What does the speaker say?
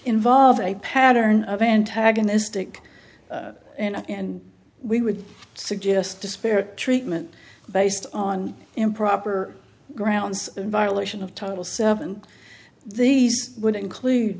involve a pattern of antagonistic and we would suggest disparate treatment based on improper grounds in violation of title seven these would include